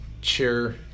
cheer